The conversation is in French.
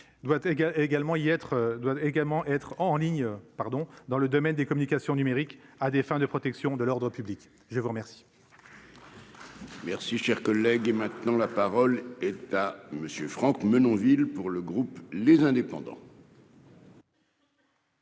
doit également être en ligne, pardon, dans le domaine des communications numériques à des fins de protection de l'ordre public, je vous remercie. Merci, cher collègue, et maintenant la parole est à monsieur Franck Menonville pour le groupe, les indépendants.